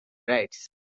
rides